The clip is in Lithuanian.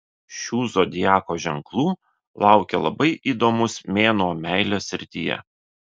šių zodiako ženklų laukia labai įdomus mėnuo meilės srityje